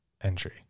entry